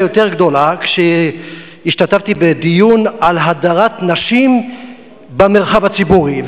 יותר גדולה כשהשתתפתי בדיון על הדרת נשים במרחב הציבורי.